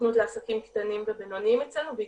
מהסוכנות לעסקים קטנים ובינוניים אצלנו והיא